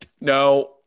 no